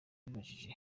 bibajije